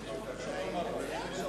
חוק רישוי עסקים (תיקון מס' 26,